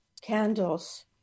candles